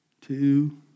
two